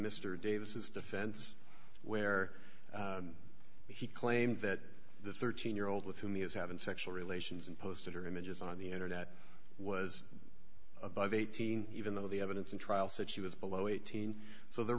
mr davis defense where he claimed that the thirteen year old with whom he is having sexual relations and posted her images on the internet was above eighteen even though the evidence in trial said she was below eighteen so there